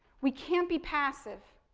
we can't be passive.